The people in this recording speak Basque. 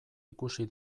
ikusi